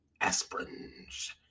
Aspirin's